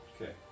Okay